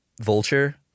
vulture